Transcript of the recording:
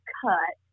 cut